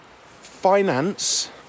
finance